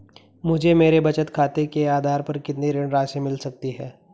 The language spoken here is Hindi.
मुझे मेरे बचत खाते के आधार पर कितनी ऋण राशि मिल सकती है?